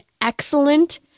excellent